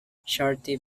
charity